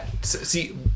see